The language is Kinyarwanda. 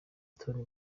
tony